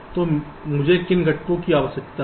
तो मुझे किन घटकों की आवश्यकता है